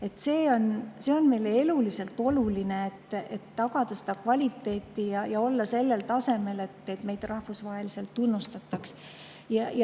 on meile eluliselt oluline, et tagada kvaliteet ja olla sellisel tasemel, et meid rahvusvaheliselt tunnustatakse.